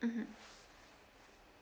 mmhmm